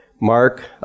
Mark